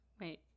Wait